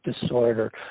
disorder